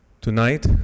tonight